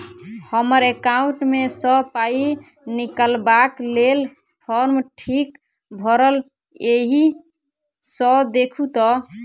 हम्मर एकाउंट मे सऽ पाई निकालबाक लेल फार्म ठीक भरल येई सँ देखू तऽ?